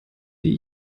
die